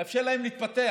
לאפשר להם להתפתח.